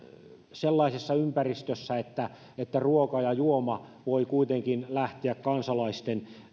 sellaisessa ympäristössä että että ruoka ja juoma voivat kuitenkin lähteä kansalaisten